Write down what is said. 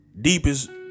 Deepest